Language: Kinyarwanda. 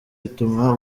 bituma